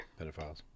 Pedophiles